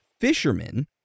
fishermen